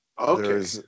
okay